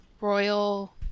royal